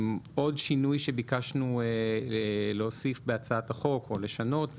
עוד שינוי שביקשנו להוסיף בהצעת החוק או לשנות.